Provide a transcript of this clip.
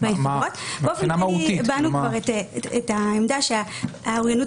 מבחינה מהותית --- הבענו את העמדה שהאוריינות